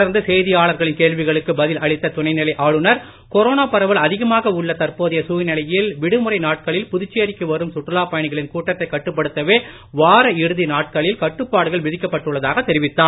தொடர்ந்து செய்தியாளர்களின் கேள்விகளுக்கு பதில் அளித்த துணைநிலை ஆளுநர் கொரோனா பரவல் அதிகமாக உள்ள தற்போதைய சூழ்நிலையில் விடுமுறைநாட்களில் புதுச்சேரிக்கு வரும் சுற்றுலாப் பயணிகளின் கூட்டத்தை கட்டுப்படுத்தவே வார இறுதி நாட்களில் கட்டுப்பாட்டுகள் விதிக்கப்பட்டுள்ளதாக தெரிவித்தார்